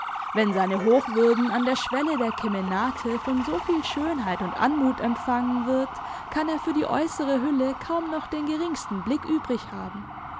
wenn seine hochwürden an der schwelle der kemenate von so viel schönheit und anmut empfangen wird kann er für die äußere hülle kaum noch den geringsten blick übrig haben